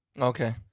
Okay